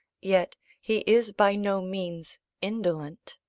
yet he is by no means indolent.